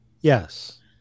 Yes